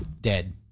Dead